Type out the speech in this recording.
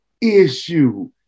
issue